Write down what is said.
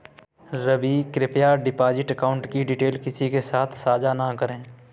रवि, कृप्या deposit account की details किसी के साथ सांझा न करें